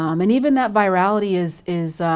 um and even that virality is is